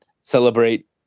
celebrate